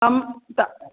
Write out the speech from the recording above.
कमु त